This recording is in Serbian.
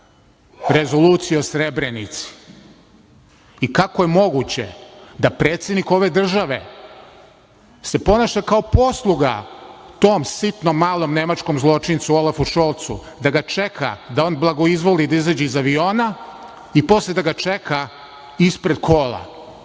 rezolucije o Srebrenici i kako je moguće da predsednik ove države se ponaša kao posluga tom sitnom, malom, nemačkom zločincu Olafu Šolcu, da ga čeka da blagoizvoli da izađe iz aviona i posle da ga čeka ispred kola.